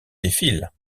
défilent